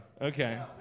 Okay